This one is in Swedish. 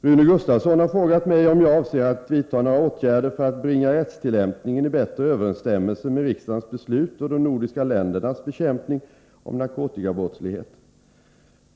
Rune Gustavsson har frågat mig om jag avser att vidta några åtgärder för att bringa rättstillämpningen i bättre överensstämmelse med riksdagens beslut och de nordiska ländernas bekämpning av narkotikabrottslighet.